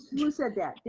who said that?